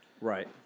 Right